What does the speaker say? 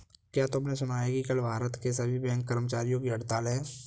क्या तुमने सुना कि कल भारत के सभी बैंक कर्मचारियों की हड़ताल है?